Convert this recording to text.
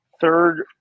third